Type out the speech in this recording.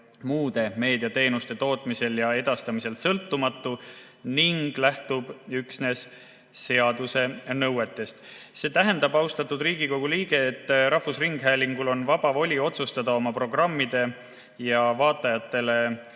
meediateenuste tootmisel ja edastamisel sõltumatu ning lähtub üksnes seaduse nõuetest." See tähendab, austatud Riigikogu liige, et rahvusringhäälingul on vaba voli otsustada oma programmide ja vaatajatele